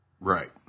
Right